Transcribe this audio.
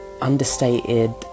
understated